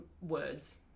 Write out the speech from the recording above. words